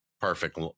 perfect